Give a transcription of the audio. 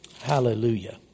Hallelujah